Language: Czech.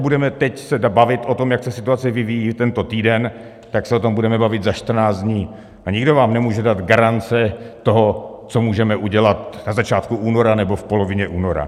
Budeme se teď bavit o tom, jak se situace vyvíjí tento týden, tak se o tom budeme bavit za čtrnáct dní a nikdo vám nemůže dát garance toho, co můžeme udělat na začátku února nebo v polovině února.